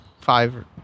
five